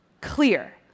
clear